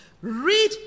read